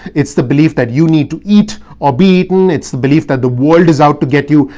it's the belief that you need to eat or be eaten. it's the belief that the world is out to get you.